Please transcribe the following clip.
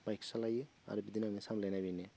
bike सालायो आरो बिदिनो आंनि सामलायनाया बेनो